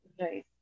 right